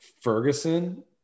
Ferguson